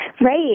Right